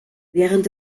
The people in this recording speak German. während